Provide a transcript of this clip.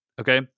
Okay